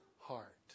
heart